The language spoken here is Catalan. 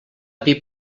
dir